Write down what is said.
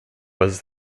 was